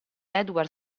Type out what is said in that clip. edward